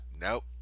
Nope